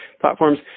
platforms